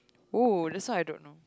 !woo! this one I don't know